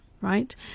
right